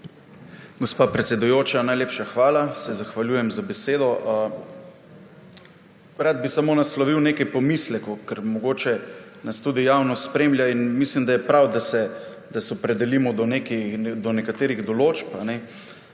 Gospa predsedujoča, najlepša hvala. Se zahvaljujem za besedo. Rad bi samo naslovil nekaj pomislekov, ker mogoče nas tudi javnost spremlja in mislim, da je prav, da se opredelimo do nekaterih določb.